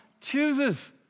chooses